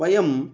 वयम्